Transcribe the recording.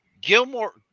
Gilmore